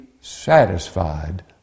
satisfied